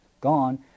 gone